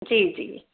जी जी